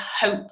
hope